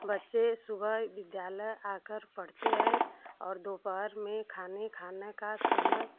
बच्चे सुबह विद्यालय आकर पढ़ते हैं और दोपहर में खाने खाने का समय